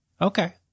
Okay